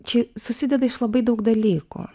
čia susideda iš labai daug dalykų